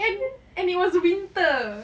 and and it was winter